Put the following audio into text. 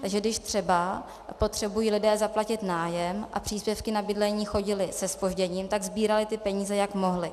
Takže když třeba potřebují lidé zaplatit nájem a příspěvky na bydlení chodily se zpožděním, tak sbírali ty peníze, jak mohli.